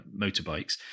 motorbikes